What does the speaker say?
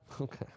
Okay